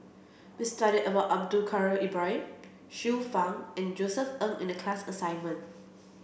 we studied about Abdul Kadir Ibrahim Xiu Fang and Josef Ng in the class assignment